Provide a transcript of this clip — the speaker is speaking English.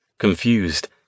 confused